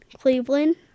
Cleveland